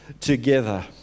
together